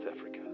Africa